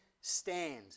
stand